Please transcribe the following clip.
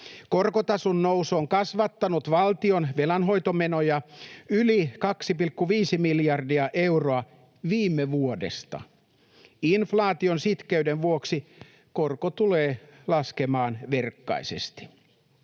Korkotason nousu on kasvattanut valtion velanhoitomenoja yli 2,5 miljardia euroa viime vuodesta. Inflaation sitkeyden vuoksi korko tulee laskemaan verkkaisesti.